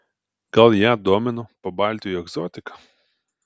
gal ją domino pabaltijo egzotika